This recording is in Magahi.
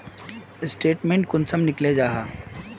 स्टेटमेंट कुंसम निकले जाहा?